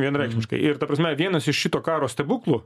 vienareikšmiškai ir ta prasme vienas iš šito karo stebuklų